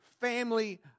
family